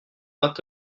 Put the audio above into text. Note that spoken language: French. vingt